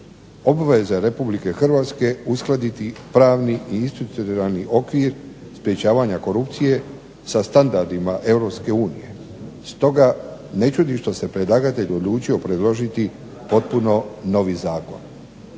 obveza Republike Hrvatske uskladiti pravni i institucionalni okvir sprječavanja korupcije sa standardima Europske unije. Stoga ne čudi što se pedlagatelj odlučio predložiti potpuno novi zakon.